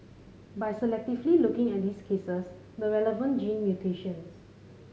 by selectively looking at these cases the relevant gene mutations